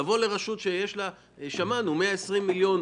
לבוא לרשות שיש לה תקציב של 120 מיליון,